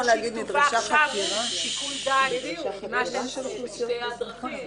--- שיקול דעת כמעט אין סופי.